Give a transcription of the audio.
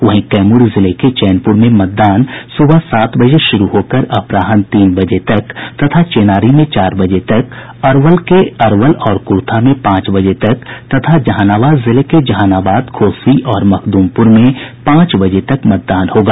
वहीं कैम्र जिले के चैनपुर में मतदान सुबह सात बजे शुरू होकर अपराह्न तीन बजे तक तथा चेनारी में चार बजे तक अरवल जिले के अरवल और कुर्था में पांच बजे तक तथा जहानाबाद जिले के जहानाबाद घोसी और मुखदुमपुर में पांच बजे तक मतदान होगा